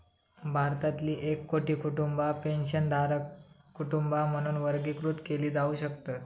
भारतातील एक कोटी कुटुंबा पेन्शनधारक कुटुंबा म्हणून वर्गीकृत केली जाऊ शकतत